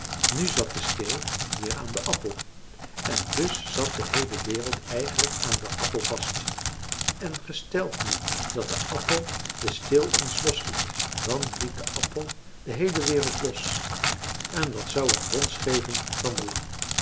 nu zat de steel weer aan den appel en dus zat de heele wereld eigenlijk aan den appel vast en gesteld nu dat de appel den steel eens losliet dan liet de appel de heele wereld los en dat zou een bons geven van belang